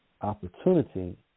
opportunity